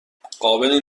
قابلی